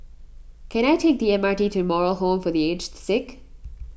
can I take the M R T to Moral Home for the Aged Sick